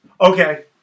Okay